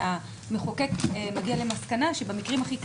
כשהמחוקק מגיע למסקנה שבמקרים הכי קלים,